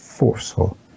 forceful